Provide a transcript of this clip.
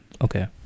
Okay